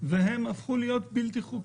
והפכו להיות בלתי חוקיים.